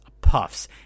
Puffs